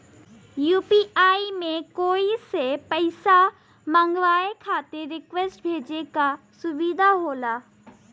UPI में कोई से पइसा मंगवाये खातिर रिक्वेस्ट भेजे क सुविधा होला